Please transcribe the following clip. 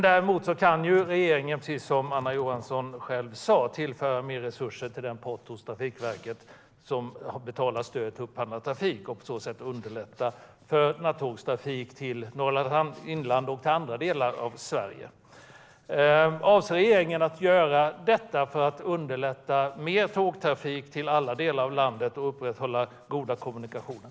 Däremot kan regeringen, precis som Anna Johansson sa, tillföra mer resurser till den pott hos Trafikverket som betalar stöd till upphandlad trafik och på så sätt underlätta för nattågstrafik till Norrlands inland och till andra delar av Sverige. Avser regeringen att göra detta för att underlätta mer tågtrafik till alla delar av landet och upprätthålla goda kommunikationer?